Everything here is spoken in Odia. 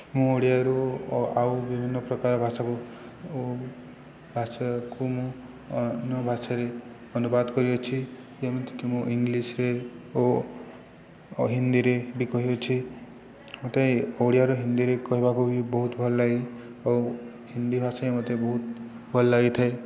ମୁଁ ଓଡ଼ିଆରୁ ଆଉ ବିଭିନ୍ନପ୍ରକାର ଭାଷାକୁ ଭାଷାକୁ ମୁଁ ଅନ୍ୟ ଭାଷାରେ ଅନୁବାଦ କରିଅଛି ଯେମିତିକି ମୁଁ ଇଂଲିଶ୍ରେ ଓ ହିନ୍ଦୀରେ ବି କହିଅଛି ମୋତେ ଓଡ଼ିଆରୁ ହିନ୍ଦୀରେ କହିବାକୁ ବି ବହୁତ ଭଲ ଲାଗେ ଆଉ ହିନ୍ଦୀ ଭାଷା ହିଁ ମତେ ବହୁତ ଭଲ ଲାଗିଥାଏ